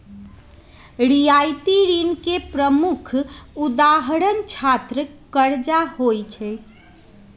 रियायती ऋण के प्रमुख उदाहरण छात्र करजा होइ छइ